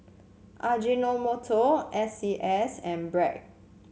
Ajinomoto S C S and Bragg